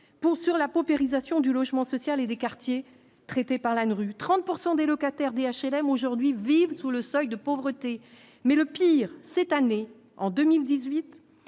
pour sur la paupérisation du logement social et des quartiers par l'ANRU 30 pourcent des locataires dit HLM aujourd'hui vivent sous le seuil de pauvreté, mais le pire cette année en 2018,